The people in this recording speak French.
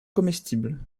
comestible